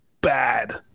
bad